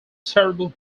terrible